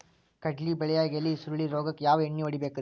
ಕಡ್ಲಿ ಬೆಳಿಯಾಗ ಎಲಿ ಸುರುಳಿ ರೋಗಕ್ಕ ಯಾವ ಎಣ್ಣಿ ಹೊಡಿಬೇಕ್ರೇ?